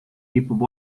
kipub